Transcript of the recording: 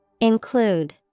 Include